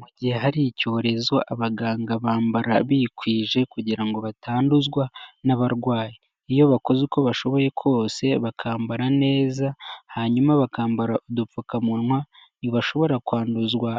Mu gihe hari icyorezo abaganga bambara bikwije kugira ngo batanduzwa n'abarwayi, iyo bakoze uko bashoboye kose bakambara neza hanyuma bakambara udupfukamunwa, ntibashobora kwanduzwa